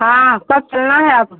हाँ कब चलना है आप